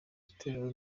itorero